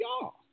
y'all